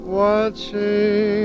watching